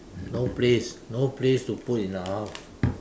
no place no place to put in the house